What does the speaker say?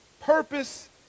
purpose